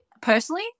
personally